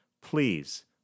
Please